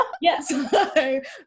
yes